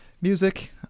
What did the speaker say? music